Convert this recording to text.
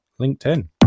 LinkedIn